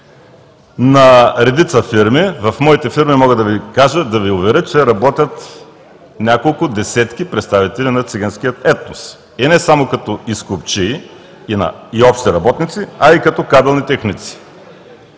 на редица фирми. В моите фирми мога да Ви кажа, да Ви уверя, че работят няколко десетки представители на циганския етнос и не само като изкопчии и общи работници, а и като кабелни техници.